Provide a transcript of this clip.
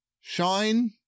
shine